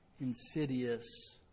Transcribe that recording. insidious